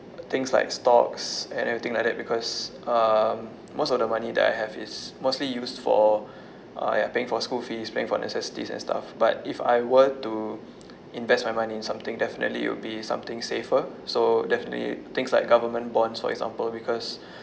things like stocks and everything like that because um most of the money that I have is mostly used for uh ya paying for school fees paying for necessities and stuff but if I were to invest my money in something definitely it will be something safer so definitely things like government bonds for example because